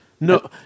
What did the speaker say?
No